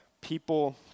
people